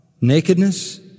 nakedness